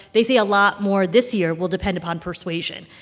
they say a lot more this year will depend upon persuasion.